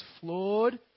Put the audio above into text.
flawed